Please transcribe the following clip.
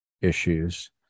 issues